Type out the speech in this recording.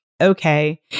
okay